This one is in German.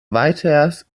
weiters